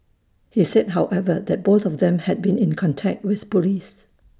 he said however that both of them had been in contact with Police